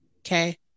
okay